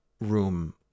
room